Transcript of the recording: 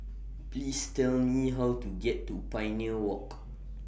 Please Tell Me How to get to Pioneer Walk